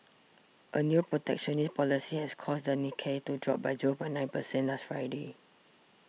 a new protectionist policy has caused the Nikkei to drop by zero point nine percent last Friday